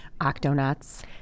Octonauts